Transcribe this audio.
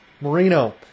Marino